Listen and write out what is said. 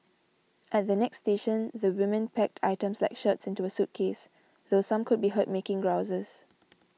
at the next station the women packed items like shirts into a suitcase though some could be heard making grouses